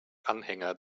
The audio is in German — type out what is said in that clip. anhänger